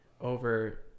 over